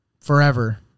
forever